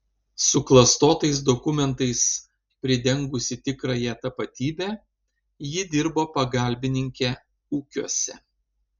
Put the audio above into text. suklastotais dokumentais pridengusi tikrąją tapatybę ji dirbo pagalbininke ūkiuose